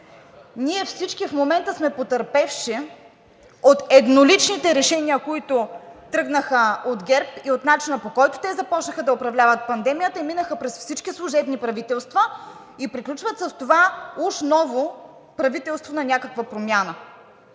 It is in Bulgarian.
Ние всички в момента сме потърпевши от едноличните решения, които тръгнаха от ГЕРБ, и от начина, по който те започнаха да управляват пандемията, и минаха през всички служебни правителства, и приключват с това уж ново правителство на някаква промяна.